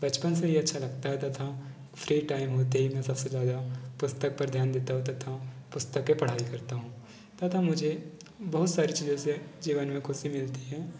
बचपन से ही अच्छा लगता है तथा फ्री टाइम होते ही मैं सबसे ज़्यादा पुस्तक पर ध्यान देता हूँ तथा पुस्तकें पढ़ाई करता हूँ तथा मुझे बहुत सारी चीज़ों से जीवन में खुशी मिलती है